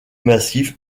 massif